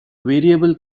variable